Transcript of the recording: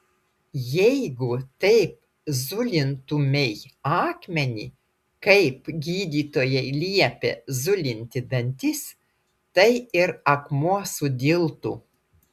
jeigu taip zulintumei akmenį kaip gydytojai liepia zulinti dantis tai ir akmuo sudiltų